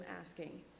asking